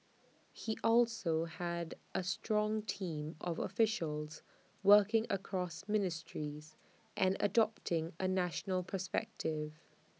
he also had A strong team of officials working across ministries and adopting A national perspective